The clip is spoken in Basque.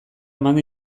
eman